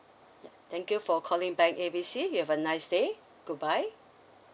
ya thank you for calling bank A B C you have a nice day goodbye